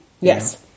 Yes